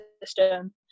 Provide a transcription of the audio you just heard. system